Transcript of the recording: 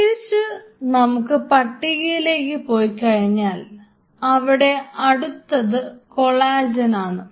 തിരിച്ചു നമ്മുടെ പട്ടികയിലേക്ക് പോയി കഴിഞ്ഞാൽ അവിടെ അടുത്തത് കൊളാജൻ ആണ്